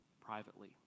privately